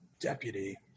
deputy